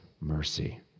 mercy